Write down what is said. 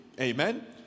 Amen